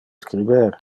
scriber